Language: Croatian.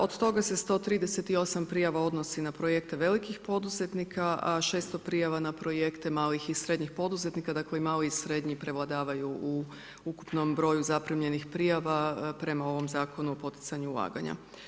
Od toga se 138 prijava odnosi na projekte velikih poduzetnika, a 600 prijava na projekte malih i srednjih poduzetnika, dakle i mali i srednji prevladavaju u ukupnom broju zaprimljenih prijava prema ovom Zakonu o poticanju ulaganja.